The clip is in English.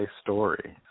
story